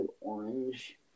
orange